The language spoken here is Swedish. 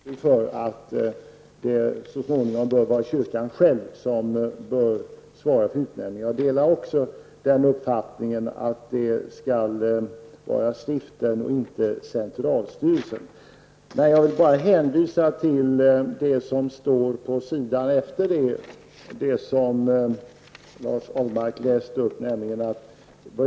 Herr talman! I sakfrågan delar jag helt den uppfattning som föregående talare gav uttryck för, att kyrkan själv så småningom bör svara för utnämningen. Jag delar också uppfattningen att stiften och inte centralstyrelsen skall svara för det. Jag vill bara hänvisa till det som står på sidan efter det stycke som Lars Ahlmark läste upp.